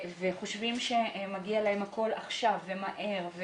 חושבים שמגיע להם הכול עכשיו ומהר,